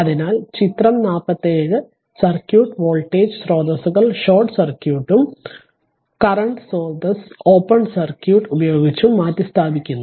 അതിനാൽ ചിത്രം 47 circuit voltage സ്രോതസ്സുകൾ ഷോർട്ട് സർക്യൂട്ടും കറന്റ് സ്രോതസ്സ് ഓപ്പൺ സർക്യൂട്ട് ഉപയോഗിച്ച് മാറ്റിസ്ഥാപിക്കുന്നു